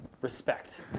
Respect